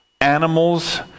animals